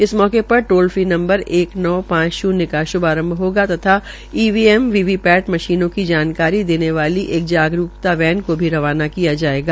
इस अवसर पर पर टोल फ्री नंबर एक नौ पांच शून्य का श्भारंभ होगा तथा ईवीएम वी वी पैट मशीनों की जानकारी देने वाली जागरूक्ता वैन को भी रवाना किया जायेगा